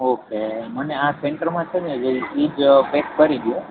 okay મને આ સેન્ટરમા છે ને ઈજ પેક કરી દયો